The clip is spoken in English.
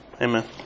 Amen